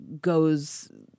goes